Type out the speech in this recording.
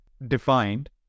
defined